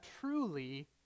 truly